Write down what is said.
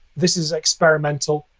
this is experimental.